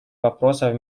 вопросов